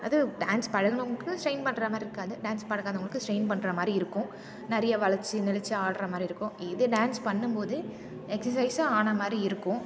அது டான்ஸ் பழகினவங்களுக்கு ஸ்ட்ரெயின் பண்ணுறமாரி இருக்காது டான்ஸ் பழகாதவங்களுக்கு ஸ்ட்ரெயின் பண்ணுறமாரி இருக்கும் நிறையா வளைச்சி நெளிச்சு ஆடுற மாதிரி இருக்கும் இது டான்ஸ் பண்ணும்போது எக்ஸசைஸும் ஆன மாதிரி இருக்கும்